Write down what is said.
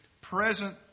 present